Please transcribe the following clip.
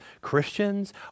Christians